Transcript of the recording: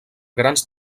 grans